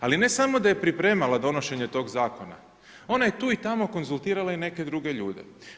Ali ne samo da je pripremala donošenje toga zakona, ona je tu i tamo konzultirala i neke druge ljude.